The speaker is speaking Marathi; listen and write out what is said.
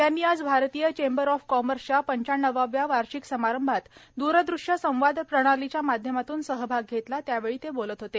त्यांनी आज भारतीय चेंबर ऑफ कॉमर्सच्या पंच्याण्णवाव्या वार्षिक समारंभात द्रदृश्य संवाद प्रणालीच्या माध्यमातून सहभाग घेतला त्यावेळी ते बोलत होते